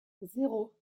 zéro